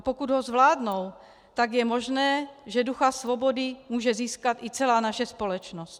Pokud ho zvládnou, tak je možné, že ducha svobody může získat i celá naše společnost.